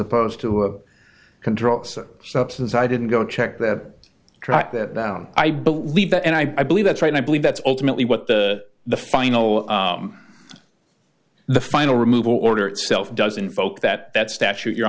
opposed to a control officer substance i didn't go check that track that down i believe that and i believe that's right i believe that's ultimately what the the final the final removal order itself doesn't folk that that statute your